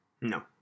No